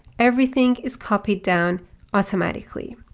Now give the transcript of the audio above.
everything is copied down automatically.